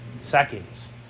seconds